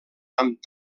amb